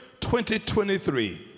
2023